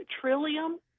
Trillium